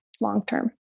long-term